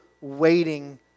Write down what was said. waiting